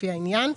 לפי העניין,